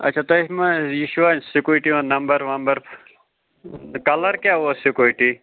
اَچھا تۄہہِ مَہ یہِ چھُوا سٕکوٗٹی ہُنٛد نَمبَر وَمبَر کَلَر کیٛاہ اوس سٕکوٗٹی